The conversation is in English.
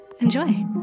enjoy